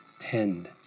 tend